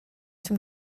dem